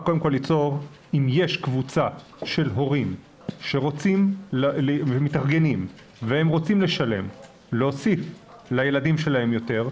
אם יש קבוצה של הורים שמתארגנים ורוצים לשלם ולהוסיף לילדים שלהם יותר,